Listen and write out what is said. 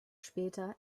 später